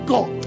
God